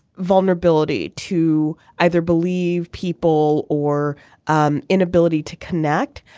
vulnerability to either believe people or um inability to connect.